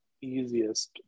easiest